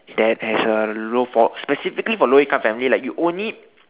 that has a low for specifically for low income family like you only